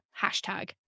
hashtag